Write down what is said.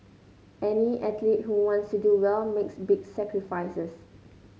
any athlete who wants to do well makes big sacrifices